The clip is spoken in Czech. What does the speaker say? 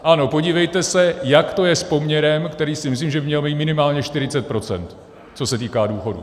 Ano, podívejte se, jak to je s poměrem, který si myslím, že by měl být minimálně 40 %, co se týká důchodů.